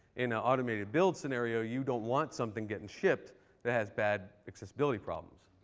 in an automated build scenario, you don't want something getting shipped that has bad accessibility problems.